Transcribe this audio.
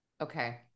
Okay